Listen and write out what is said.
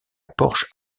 porsche